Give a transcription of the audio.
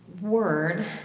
word